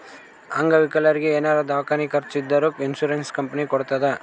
ಅಂಗವಿಕಲರಿಗಿ ಏನಾರೇ ದವ್ಕಾನಿ ಖರ್ಚ್ ಇದ್ದೂರ್ ಇನ್ಸೂರೆನ್ಸ್ ಕಂಪನಿ ಕೊಡ್ತುದ್